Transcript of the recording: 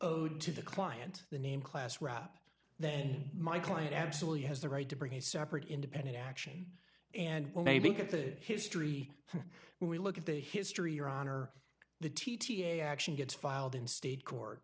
owed to the client the name class rap then my client absolutely has the right to bring a separate independent action and maybe get the history when we look at the history your honor the t t a action gets filed in state court